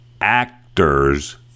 actors